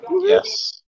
Yes